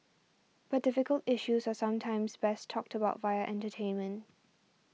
but difficult issues are sometimes best talked about via entertainment